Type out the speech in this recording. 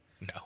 No